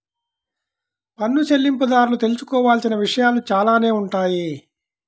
పన్ను చెల్లింపుదారులు తెలుసుకోవాల్సిన విషయాలు చాలానే ఉంటాయి